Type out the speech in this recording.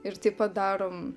ir taip pat darom